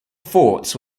forts